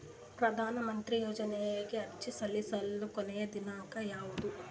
ಪ್ರಧಾನ ಮಂತ್ರಿ ಯೋಜನೆಗೆ ಅರ್ಜಿ ಸಲ್ಲಿಸಲು ಕೊನೆಯ ದಿನಾಂಕ ಯಾವದು?